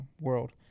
world